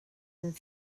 and